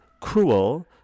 Cruel